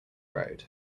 road